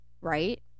right